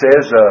says